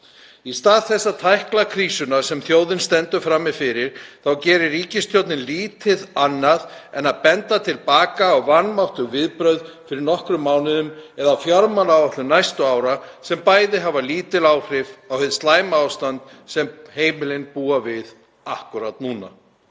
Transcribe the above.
Í stað þess að tækla krísuna sem þjóðin stendur frammi fyrir þá gerir ríkisstjórnin lítið annað en að benda til baka á vanmáttug viðbrögð fyrir nokkrum mánuðum eða á fjármálaáætlun næstu ára sem bæði hefur lítil áhrif á hið slæma ástand sem heimilin búa við akkúrat núna.